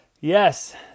Yes